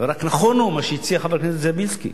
ורק נכון מה שהציע חבר הכנסת זאב בילסקי,